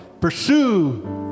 Pursue